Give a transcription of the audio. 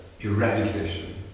eradication